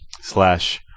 slash